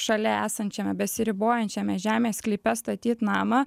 šalia esančiame besiribojančiame žemės sklype statyt namą